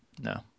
No